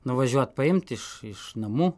nuvažiuot paimt iš iš namų